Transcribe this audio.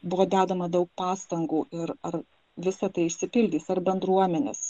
buvo dedama daug pastangų ir ar visa tai išsipildys ar bendruomenės